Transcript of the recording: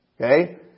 Okay